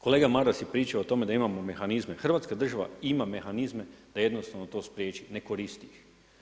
Kolega Maras je pričao o tome da imamo mehanizme, Hrvatska država ima mehanizme da jednostavno to spriječi, ne koristi više.